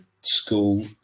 school